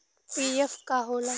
PF का होला?